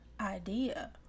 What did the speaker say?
idea